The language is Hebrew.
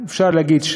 ואפשר להגיד,